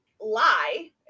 lie